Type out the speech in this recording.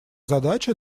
задача